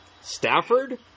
Stafford